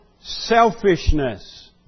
selfishness